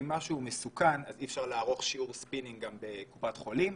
אם משהו מסוכן אז אי אפשר לעשות שיעור ספינינג גם בקופת חולים,